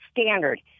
standard